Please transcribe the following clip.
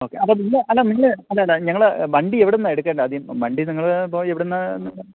okay അപ്പോള് നിന്ന് അല്ലാ നിങ്ങള് അല്ല അല്ല ഞങ്ങള് വണ്ടി എവിടുന്നാണ് എടുക്കേണ്ടതാദ്യം വണ്ടി നിങ്ങള് ഇപ്പോള് എവിടെനിന്നാണ്